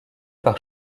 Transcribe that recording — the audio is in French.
par